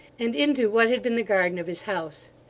and into what had been the garden of his house.